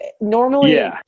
normally